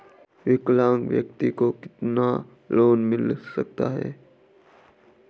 विकलांग व्यक्ति को कितना लोंन मिल सकता है?